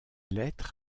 lettres